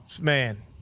man